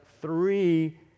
three